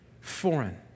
Foreign